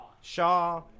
Shaw